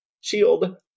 SHIELD